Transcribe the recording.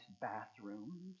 bathrooms